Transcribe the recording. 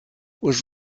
was